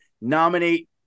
nominate